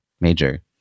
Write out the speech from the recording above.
major